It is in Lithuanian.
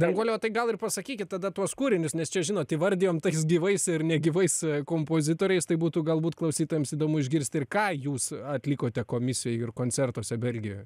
danguole o tai gal ir pasakykit tada tuos kūrinius nes čia žinot įvardijom tais gyvais ir negyvais kompozitoriais tai būtų galbūt klausytojams įdomu išgirsti ir ką jūs atlikote komisijoj ir koncertuose belgijoje